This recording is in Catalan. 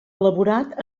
elaborat